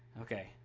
Okay